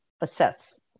assess